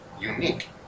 unique